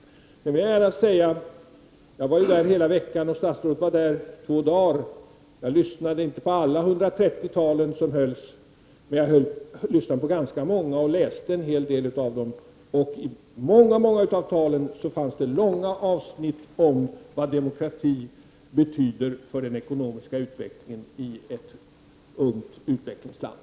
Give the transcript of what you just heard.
Jag var närvarande vid FNs session hela veckan, och statsrådet var där två dagar. Jag lyssnade inte på alla de 130 tal som hölls, men jag lyssnade på ganska många och läste en hel del av dem. I många av talen fanns långa avsnitt om vad demokrati betyder för den ekonomiska utvecklingen i ett ungt utvecklingsland.